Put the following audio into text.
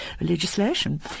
legislation